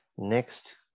Next